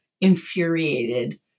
infuriated